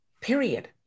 Period